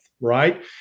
right